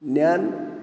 ज्ञान